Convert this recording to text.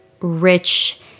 rich